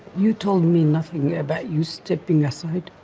you told me nothing about you stepping aside.